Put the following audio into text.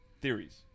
Theories